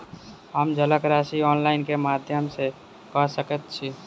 हम जलक राशि ऑनलाइन केँ माध्यम सँ कऽ सकैत छी?